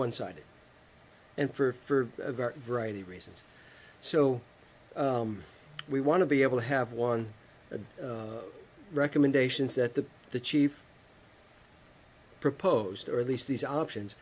one sided and for for a variety of reasons so we want to be able to have one of recommendations that the the chief proposed or at least these options